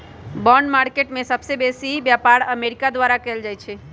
bond market में सबसे बेसी व्यापार अमेरिका द्वारा कएल जाइ छइ